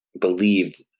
believed